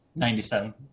97